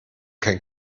kein